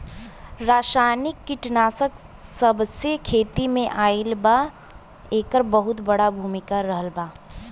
रासायनिक कीटनाशक जबसे खेती में आईल बा येकर बहुत बड़ा भूमिका रहलबा